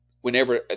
Whenever